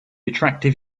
attractive